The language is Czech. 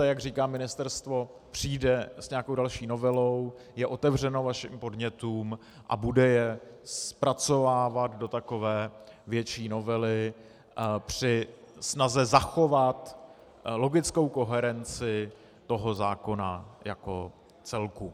Jak říkám ministerstvo přijde s nějakou další novelou, je otevřeno vašim podnětům a bude je zpracovávat do takové větší novely při snaze zachovat logickou koherenci zákona jako celku.